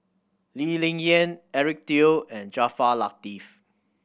Lee Ling Yen Eric Teo and Jaafar Latiff